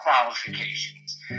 qualifications